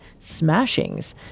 smashings